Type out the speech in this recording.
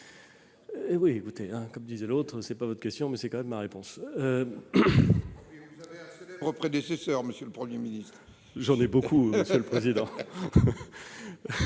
précisions. Comme disait l'autre, ce n'est pas votre question, mais c'est tout de même ma réponse ! Vous avez un célèbre prédécesseur, monsieur le Premier ministre ! J'en ai beaucoup, monsieur le président